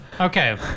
Okay